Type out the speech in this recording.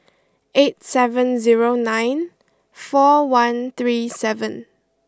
eight seven zero nine four one three seven